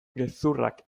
gezurrak